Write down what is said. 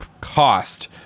cost